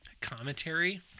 commentary